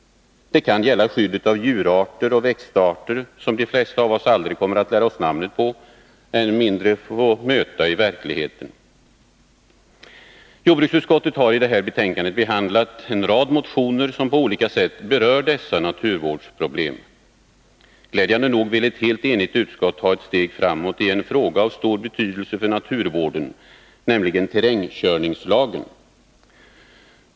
Det kan gälla skyddet av djurarter och växtarter som de flesta av oss aldrig kommer att lära oss namnet på, än mindre få möta i verkligheten. Jordbruksutskottet har i det här betänkandet behandlat en rad motioner som på olika sätt berör dessa naturvårdsproblem. Glädjande nog vill ett helt enigt utskott ta ett steg framåt i en fråga av stor betydelse för naturvården, nämligen terrängkörningslagen.